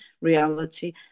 reality